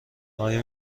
آیا